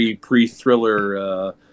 pre-thriller